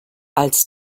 als